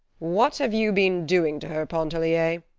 what have you been doing to her, pontellier?